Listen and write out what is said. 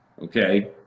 Okay